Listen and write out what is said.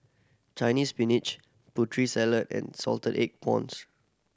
Chinese Spinach Putri Salad and salted egg prawns